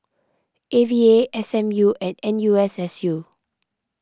A V A S M U and N U S S U